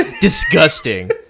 Disgusting